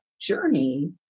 journey